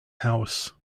house